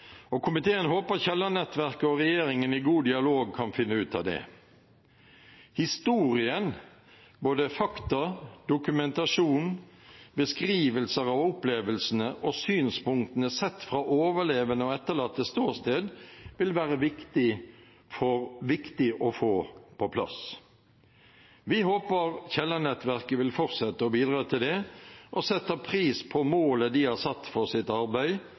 Komiteen håper at Kielland-nettverket og regjeringen i god dialog kan finne ut av det. Historien, både fakta, dokumentasjon, beskrivelser av opplevelsene og synspunktene sett fra overlevende og etterlattes ståsted, vil det være viktig å få på plass. Vi håper at Kielland-nettverket vil fortsette å bidra til det, og setter pris på målet de har satt for sitt arbeid: